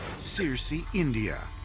sirsi, india.